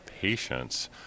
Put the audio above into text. patients